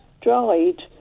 dried